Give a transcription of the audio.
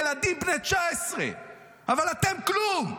ילדים בני 19. אבל אתם כלום,